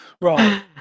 Right